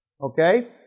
Okay